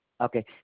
okay